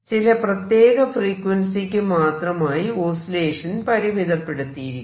ചില പ്രത്യേക ഫ്രീക്വൻസിയ്ക്കു മാത്രമായി ഓസിലേഷൻ പരിമിതപ്പെടുത്തിയിരിക്കുന്നു